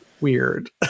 weird